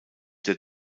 der